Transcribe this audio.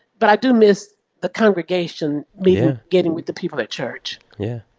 but i do miss the congregation, meeting getting with the people at church yeah.